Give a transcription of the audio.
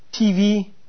TV